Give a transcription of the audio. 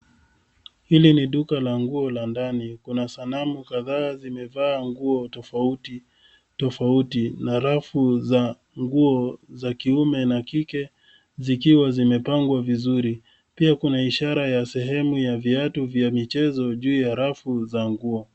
Hili ni duka la nguo la ndani. Kuna sanamu kadhaa zimevaa nguo tofauti tofauti na rafu za nguo za kiume na kike zikiwa zimepangwa vizuri. Pia kuna ishara ya sehemu ya vyatu vya michezo juu ya rafu za nguo.